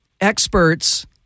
experts